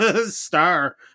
star